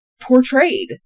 portrayed